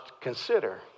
consider